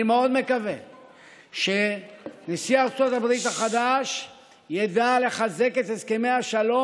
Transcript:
אני מאוד מקווה שנשיא ארצות הברית החדש ידע לחזק את הסכמי השלום,